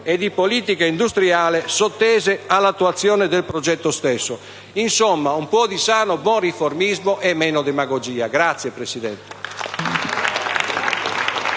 e di politica industriale sottese all'attuazione del progetto stesso. Insomma, un po' di sano buon riformismo e meno demagogia! *(Applausi